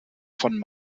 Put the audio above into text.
von